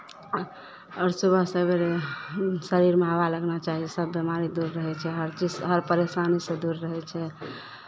आओर सुबह सवेरे शरीरमे हवा लगना चाही सभ बेमारी दूर रहै छै हरचीज हर परेशानीसँ दूर रहै छै